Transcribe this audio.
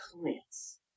clients